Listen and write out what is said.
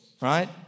right